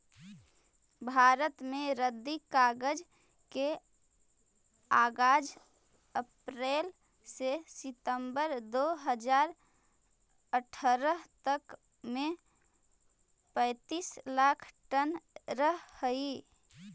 भारत में रद्दी कागज के आगाज अप्रेल से सितम्बर दो हज़ार अट्ठरह तक में पैंतीस लाख टन रहऽ हई